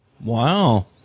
Wow